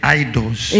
idols